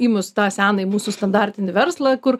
imus tą seną mūsų standartinį verslą kur